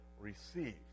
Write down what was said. receive